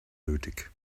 nötig